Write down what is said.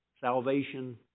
salvation